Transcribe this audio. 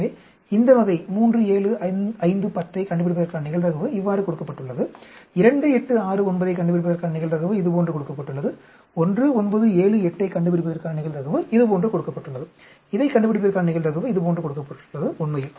எனவே இந்த வகை 3 7 5 10 ஐக் கண்டுபிடிப்பதற்கான நிகழ்தகவு இவ்வாறு கொடுக்கப்பட்டுள்ளது 2 8 6 9 ஐக் கண்டுபிடிப்பதற்கான நிகழ்தகவு இதுபோன்று கொடுக்கப்பட்டுள்ளது 1 9 7 8 ஐக் கண்டுபிடிப்பதற்கான நிகழ்தகவு இதுபோன்று கொடுக்கப்பட்டுள்ளது இதைக் கண்டுபிடிப்பதற்கான நிகழ்தகவு இதுபோன்று கொடுக்கப்பட்டுள்ளது உண்மையில்